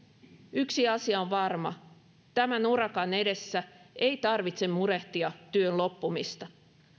yksi asia on varma tämän urakan edessä ei tarvitse murehtia työn loppumista